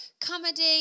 comedy